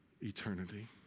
eternity